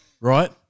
right